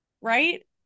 right